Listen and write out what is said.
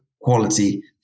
quality